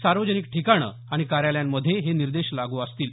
सार्वजनिक ठिकाणं आणि कार्यालयांमध्ये हे निर्देश लागू असतील